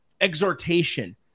exhortation